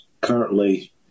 currently